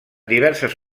diverses